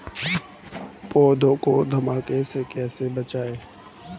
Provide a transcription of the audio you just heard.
पौधों को दीमक से कैसे बचाया जाय?